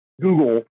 Google